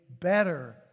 better